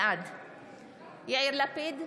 בעד יאיר לפיד,